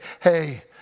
hey